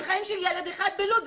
על חיים של ילד אחד בלוד.